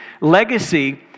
legacy